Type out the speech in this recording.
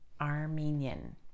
Armenian